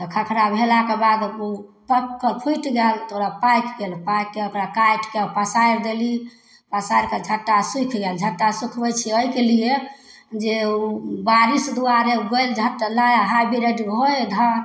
तऽ खखरा भेलाके बाद ओ पाकिकऽ फुटि गेल तऽ ओकरा पाकि गेल पाकिके ओकरा काटिके पसारि देली पसारिके झट्टा सुखि गेल झट्टा सुखबै छिए एहिकेलिए जे ओ बारिश दुआरे गलि जाएत तऽ नया हाइब्रिड होइ हइ धान